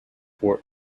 port